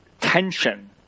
tension